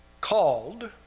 called